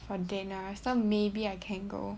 for dinner so maybe I can go